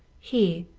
he,